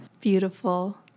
Beautiful